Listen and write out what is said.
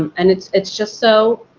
um and it's it's just so